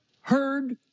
heard